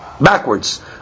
backwards